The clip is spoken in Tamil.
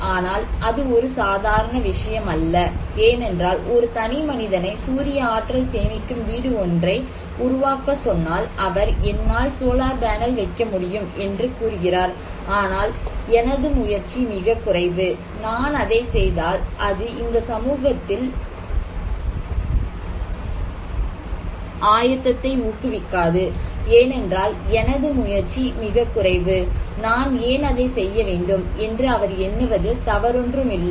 ஆனால் அது ஒரு சாதாரண விஷயம் அல்ல ஏனென்றால் ஒரு தனிமனிதனை சூரிய ஆற்றல் சேமிக்கும் வீடு ஒன்றை உருவாக்க சொன்னால் அவர் என்னால் சோலார் பேனல் வைக்க முடியும் என்று கூறுகிறார் ஆனால் எனது முயற்சி மிகக் குறைவு நான் அதைச் செய்தால் அது இந்த சமூகத்தில் ஆயத்தத்தை ஊக்குவிக்காது ஏனென்றால் எனது முயற்சி மிகக் குறைவு நான் ஏன் அதை செய்ய வேண்டும் என்று அவர் எண்ணுவதில் தவறொன்றுமில்லை